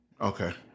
Okay